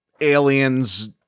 aliens